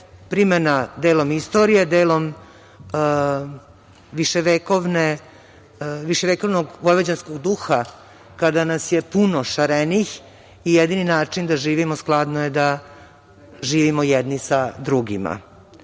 primena delom istorije, delom viševekovnog vojvođanskog duha kada nas je puno šarenih i jedini način da živimo skladno je da živimo jedni sa drugima.